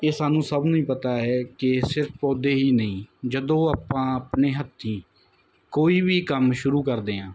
ਇਹ ਸਾਨੂੰ ਸਭ ਨੂੰ ਹੀ ਪਤਾ ਹੈ ਕਿ ਸਿਰਫ ਪੌਦੇ ਹੀ ਨਹੀਂ ਜਦੋਂ ਆਪਾਂ ਆਪਣੇ ਹੱਥੀ ਕੋਈ ਵੀ ਕੰਮ ਸ਼ੁਰੂ ਕਰਦੇ ਹਾਂ